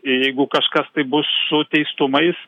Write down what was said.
ir jeigu kažkas tai bus su teistumais